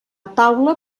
taula